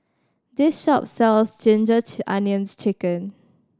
this shop sells ginger onions chicken